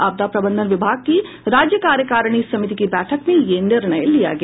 आपदा प्रबंधन विभाग की राज्य कार्यकारिणी समिति की बैठक में यह निर्णय लिया गया